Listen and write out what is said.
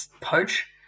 poach